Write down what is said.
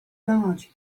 large